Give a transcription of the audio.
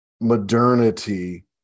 modernity